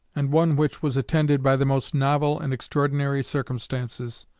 and one which was attended by the most novel and extraordinary circumstances.